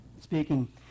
speaking